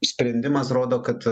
sprendimas rodo kad